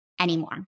anymore